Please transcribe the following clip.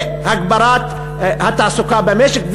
והגברת התעסוקה במשק,